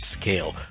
scale